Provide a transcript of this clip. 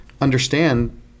understand